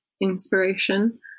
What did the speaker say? inspiration